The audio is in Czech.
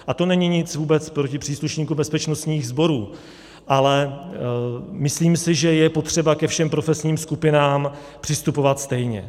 A to není nic vůbec proti příslušníkům bezpečnostních sborů, ale myslím si, že je potřeba ke všem profesním skupinám přistupovat stejně.